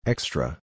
Extra